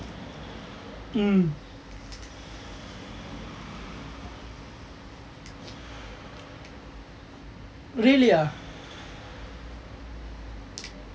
mm really ah